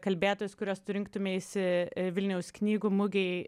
kalbėtojas kurias tu rinktumeisi vilniaus knygų mugėj